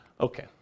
Okay